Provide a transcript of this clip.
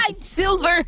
Silver